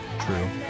True